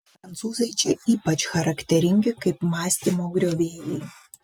prancūzai čia ypač charakteringi kaip mąstymo griovėjai